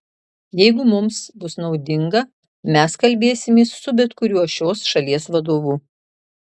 jeigu mums bus naudinga mes kalbėsimės su bet kuriuo šios šalies vadovu